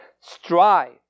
Strive